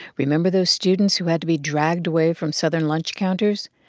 remember those students who had to be dragged away from southern lunch counters?